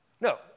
No